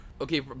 Okay